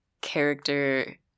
character